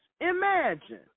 Imagine